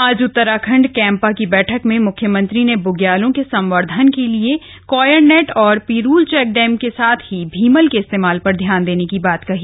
आज उतराखण्ड कैम्पा की बैठक में मख्यमंत्री ने बग्यालों के संवर्दधन के लिए कॉयर नेट और पिरूल चेकडैम के साथ ही भीमल के इस्तेमाल पर ध्यान देने की बात कही